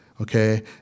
Okay